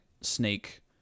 snake